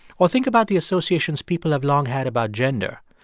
or think about the associations people have long had about gender.